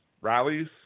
rallies